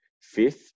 fifth